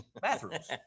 bathrooms